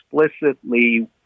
explicitly